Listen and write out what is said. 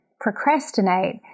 procrastinate